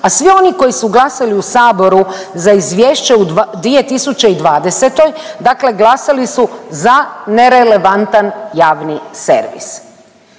a svi oni koji su glasali u saboru za izvješće u 2020., dakle glasali su za nerelevantan javni servis.